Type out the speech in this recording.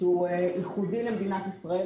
שהוא ייחודי למדינת ישראל,